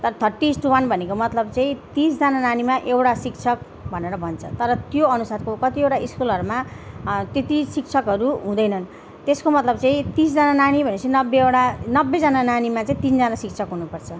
तर थट्टी is to one भनेको मतलब चाहिँ तिसजना नानीमा एउटा शिक्षक भनेर भन्छ तर त्यो अनुसारको कतिवटा स्कुलहरूमा त्यति शिक्षकहरू हुँदैनन् त्यसको मतलब चाहिँ तिसजना नानी भनेपछि नब्बेवटा नब्बेजनामा चाहिँ तिनजना शिक्षक हुनुपर्छ